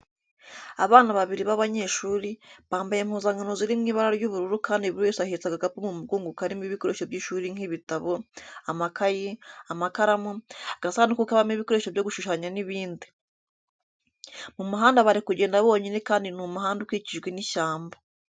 Abana babiri b'abanyeshuri, bambaye impuzankano ziri mu ibara ry'ubururu kandi buri wese ahetse agakapu mu mugongo karimo ibikoresho by'ishuri nk'ibitabo, amakayi, amakaramu, agasanduku kabamo ibikoresho byo gushushanya n'ibindi. Mu muhanda bari kugenda bonyine kandi ni umuhanda ukikijwe n'ishyamba.